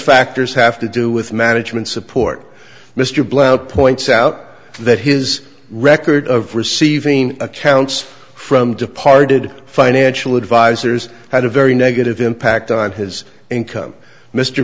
factors have to do with management support mr blount points out that his record of receiving accounts from departed financial advisors had a very negative impact on his income mr